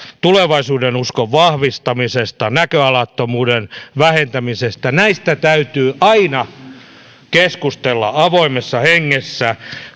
tulevaisuudenuskon vahvistamisesta näköalattomuuden vähentämisestä täytyy keskustella avoimessa hengessä